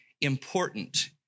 important